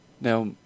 Now